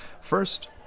first